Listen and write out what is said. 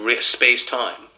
space-time